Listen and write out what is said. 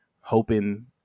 hoping